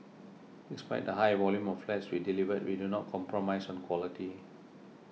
despite the high volume of flats we delivered we do not compromise on quality